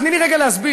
תני לי רגע להסביר.